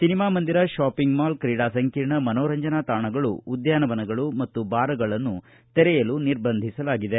cinema ಮಂದಿರ shopping mall ಕ್ರೀಡಾ ಸಂಕೀರ್ಣ ಮನೋರಂಜನಾ ತಾಣಗಳು ಉದ್ಯಾನವನಗಳು ಮತ್ತು ಬಾರ್ಗಳನ್ನು ತೆರೆಯಲು ನಿರ್ಬಂಧವಿದೆ